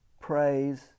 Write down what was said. praise